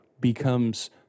becomes